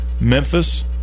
Memphis